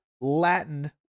Latin